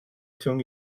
tung